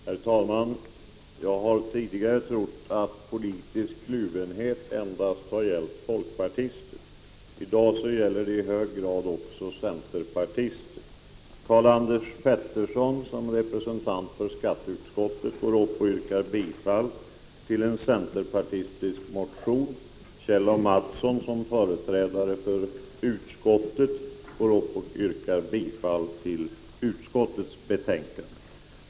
Herr talman! Jag har tidigare trott att politisk kluvenhet endast har gällt folkpartister. I dag gäller det i hög grad också centerpartister. Karl-Anders Petersson har som representant för skatteutskottet yrkat bifall till en centerpartimotion, medan Kjell A. Mattsson som företrädare för bostadsutskottet yrkar bifall till utskottets förslag.